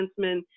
defenseman